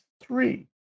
three